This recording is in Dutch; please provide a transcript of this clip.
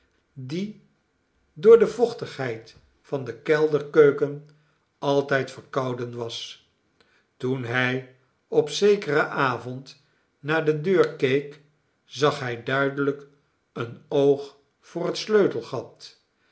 die door de vochtigheid van de kelderkeuken altijd verkouden was toen hij opzekeren avond naar de deur keek zag hij duidelijk een oog voor het sleutelgat